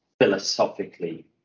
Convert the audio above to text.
philosophically